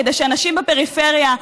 כדי שאנשים בפריפריה,